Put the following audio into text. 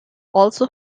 also